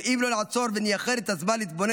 ואם לא נעצור ונייחד את הזמן להתבונן